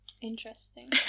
Interesting